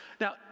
Now